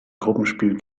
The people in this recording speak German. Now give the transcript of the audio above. gruppenspiel